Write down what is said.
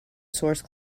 source